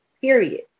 period